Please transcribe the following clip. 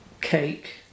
Cake